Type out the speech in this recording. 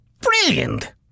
Brilliant